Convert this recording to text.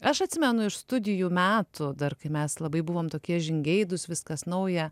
aš atsimenu iš studijų metų dar kai mes labai buvom tokie žingeidūs viskas nauja